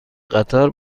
قطار